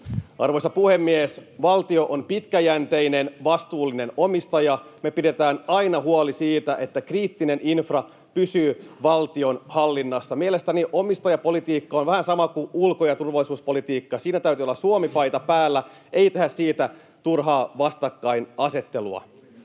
Arvoisa puhemies! Valtio on pitkäjänteinen, vastuullinen omistaja. Me pidetään aina huolta siitä, että kriittinen infra pysyy valtion hallinnassa. Mielestäni omistajapolitiikka on vähän sama kuin ulko- ja turvallisuuspolitiikka: siinä täytyy olla Suomi-paita päällä. Ei tehdä siitä turhaa vastakkainasettelua.